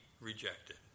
rejected